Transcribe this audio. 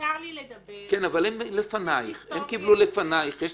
מותר לי לדבר, תפסיק לסתום לי את הפה.